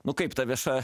nu kaip ta vieša